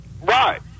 Right